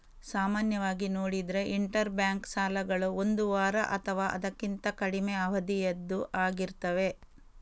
ಸಾಮಾನ್ಯವಾಗಿ ನೋಡಿದ್ರೆ interbank ಸಾಲಗಳು ಒಂದು ವಾರ ಅಥವಾ ಅದಕ್ಕಿಂತ ಕಡಿಮೆ ಅವಧಿಯದ್ದು ಆಗಿರ್ತವೆ